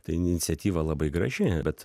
tai iniciatyva labai graži bet